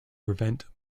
prevent